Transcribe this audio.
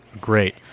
great